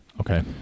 Okay